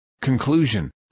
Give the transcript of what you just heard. conclusion